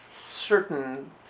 certain